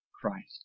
Christ